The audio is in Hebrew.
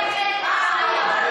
תודה לך, אדוני היושב-ראש.